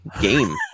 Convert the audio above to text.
game